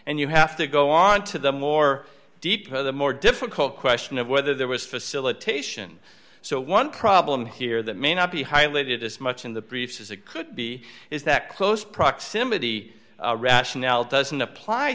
and you have to go on to the more deeper the more difficult question of whether there was facilitation so one problem here that may not be highlighted as much in the briefs as it could be is that close proximity rationale doesn't apply